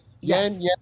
Yes